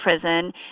prison